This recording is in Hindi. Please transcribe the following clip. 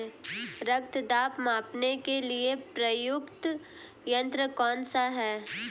रक्त दाब मापने के लिए प्रयुक्त यंत्र कौन सा है?